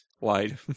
wide